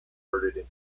converted